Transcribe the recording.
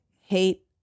hate